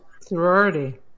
sorority